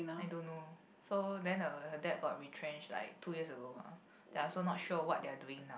I don't know so then her her dad got retrench like two years ago ah then I also not sure what are they doing now